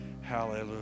Hallelujah